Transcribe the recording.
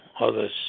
others